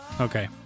Okay